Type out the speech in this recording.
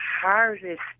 hardest